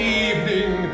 evening